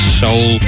soul